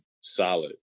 solid